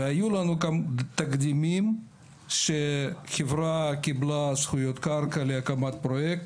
והיו לנו גם תקדימים שחברה קיבלה זכויות קרקע להקמת פרויקט